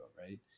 right